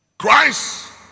Christ